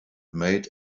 made